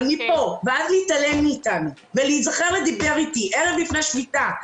אבל מפה ועד להתעלם מאיתנו ולהיזכר לדבר איתי ערב לפני שביתה,